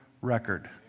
record